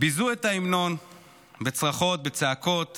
ביזו את ההמנון בצרחות ובצעקות